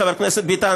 חבר הכנסת ביטן,